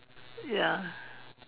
ya